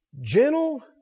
gentle